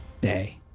day